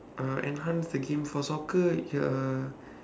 uh enhance the game for soccer ya uh